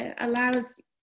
allows